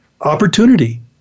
opportunity